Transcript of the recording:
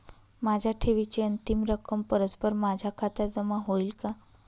माझ्या ठेवीची अंतिम रक्कम परस्पर माझ्या खात्यात जमा होईल का?